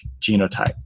genotype